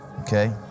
Okay